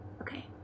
Okay